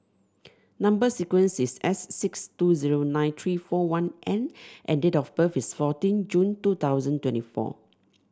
number sequence is S six two zero nine three four one N and date of birth is fourteen June two thousand twenty four